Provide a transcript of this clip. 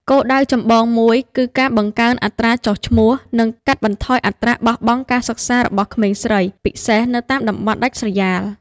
គោលដៅចម្បងមួយគឺការបង្កើនអត្រាចុះឈ្មោះ និងកាត់បន្ថយអត្រាបោះបង់ការសិក្សារបស់ក្មេងស្រី ពិសេសនៅតាមតំបន់ដាច់ស្រយាល។